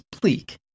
bleak